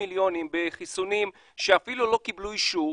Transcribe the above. מיליונים בחיסונים שאפילו לא קיבלו אישור,